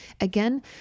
Again